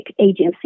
agency